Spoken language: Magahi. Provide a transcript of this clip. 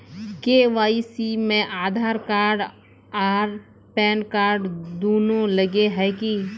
के.वाई.सी में आधार कार्ड आर पेनकार्ड दुनू लगे है की?